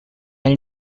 anni